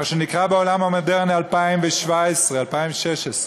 מה שנקרא בעולם המודרני, 2016 2017,